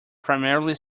primarily